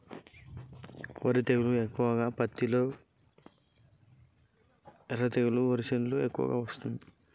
ఎర్ర తెగులు ఎక్కువగా ఏ పంటలో వస్తుంది?